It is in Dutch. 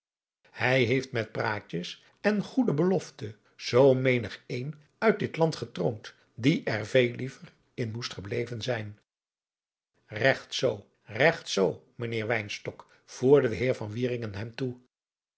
hij heeft met praatjes en goede beadriaan loosjes pzn het leven van johannes wouter blommesteyn loften zoo menig een uit dit land getroond die er veel liever in moest gebleven zijn regt zoo regt zoo mijnheer wynstok voerde de heer van